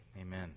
amen